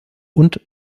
und